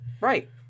Right